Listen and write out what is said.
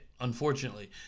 unfortunately